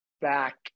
back